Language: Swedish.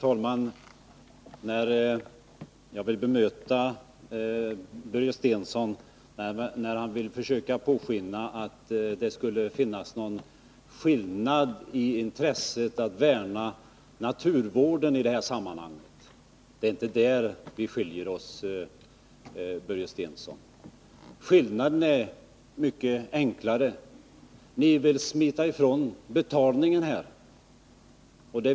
Herr talman! Börje Stensson lät påskina att det skulle finnas någon skillnad mellan oss i intresset för att värna om naturvården. Det är inte däri vi skiljer oss, Börje Stensson. Skillnaden är mycket enklare: Ni vill smita ifrån betalningen.